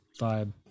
vibe